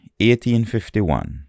1851